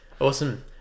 Awesome